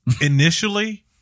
Initially